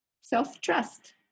self-trust